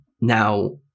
Now